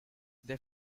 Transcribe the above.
they